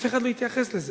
ואף אחד לא התייחס לזה.